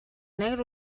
negre